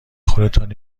خودتان